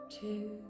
two